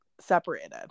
separated